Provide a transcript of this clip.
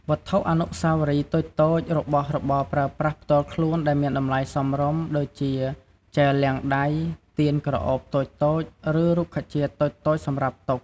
វត្ថុអនុស្សាវរីយ៍តូចៗ របស់របរប្រើប្រាស់ផ្ទាល់ខ្លួនដែលមានតម្លៃសមរម្យ ដូចជា ជែលលាងដៃ ទៀនក្រអូបតូចៗ ឬ រុក្ខជាតិតូចៗសម្រាប់តុ។